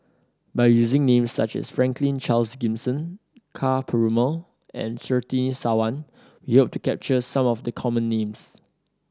by using names such as Franklin Charles Gimson Ka Perumal and Surtini Sarwan we hope to capture some of the common names